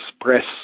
express